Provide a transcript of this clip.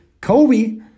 Kobe